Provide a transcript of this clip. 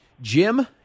Jim